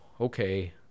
okay